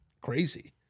crazy